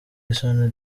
isoni